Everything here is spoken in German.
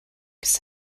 bis